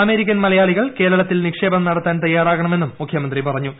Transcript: American മലയാളികൾ കേരളത്തിൽ നിക്ഷേപം നടത്താൻ തയ്യാറാകണമെന്നും മുഖ്യമന്ത്രി പറഞ്ഞു